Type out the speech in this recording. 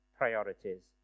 priorities